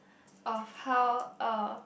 of how uh